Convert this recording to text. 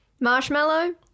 Marshmallow